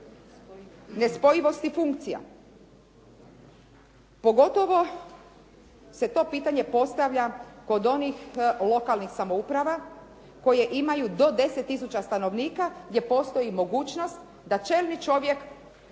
nespojivosti funkcija, pogotovo se to pitanje postavlja kod onih lokalnih samouprava koje imaju do 10 tisuća stanovnika gdje postoji mogućnost da čelni čovjek